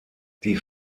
die